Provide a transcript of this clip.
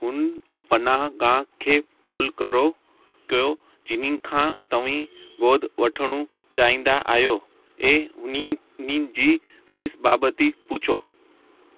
हुन पनाहगाह खे को कॉल करो कयो जिन्हनि खां तव्हां गोद वठणु चाहींदा आहियो ऐं हुननि हुननि फ़ीस बाबति पूछो